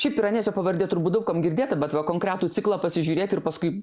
šiaip piranezio pavardė turbūt daug kam girdėta bet va konkretų ciklą pasižiūrėt ir paskui